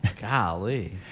Golly